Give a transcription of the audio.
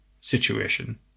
situation